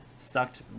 Sucked